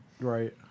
right